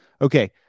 Okay